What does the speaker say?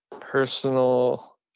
personal